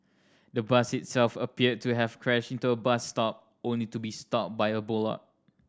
the bus itself appeared to have crashed into a bus stop only to be stopped by a bollard